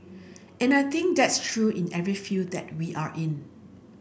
and I think that's true in every field that we are in